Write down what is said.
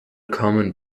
command